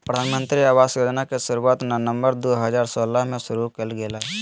प्रधानमंत्री आवास योजना के शुरुआत नवम्बर दू हजार सोलह में शुरु कइल गेलय